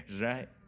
right